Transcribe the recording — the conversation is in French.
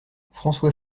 françois